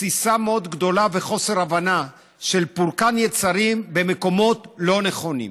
תסיסה מאוד גדולה וחוסר הבנה ופורקן יצרים במקומות לא נכונים.